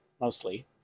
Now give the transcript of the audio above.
mostly